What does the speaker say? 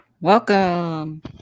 Welcome